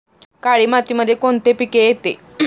काळी मातीमध्ये कोणते पिके येते?